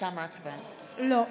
לא.